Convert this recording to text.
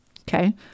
Okay